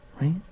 Right